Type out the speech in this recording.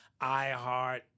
iHeart